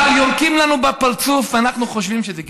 אבל יורקים לנו בפרצוף ואנחנו חושבים שזה גשם.